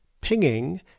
pinging